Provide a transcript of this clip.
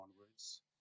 onwards